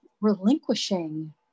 relinquishing